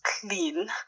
clean